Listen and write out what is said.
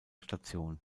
station